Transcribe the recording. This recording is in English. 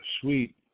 sweet